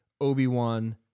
Obi-Wan